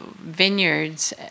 vineyards